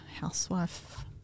housewife